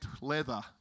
leather